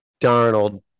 Darnold